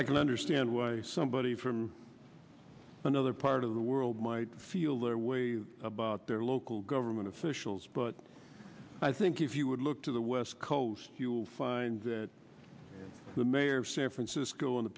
i can understand why somebody from another part of the world might feel their way about their local government officials but i think if you would look to the west coast you will find that the mayor of san francisco and the